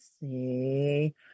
See